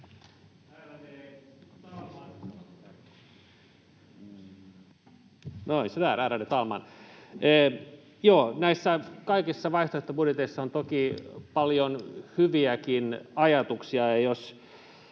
näissä kaikissa vaihtoehtobudjeteissa on toki paljon hyviäkin ajatuksia,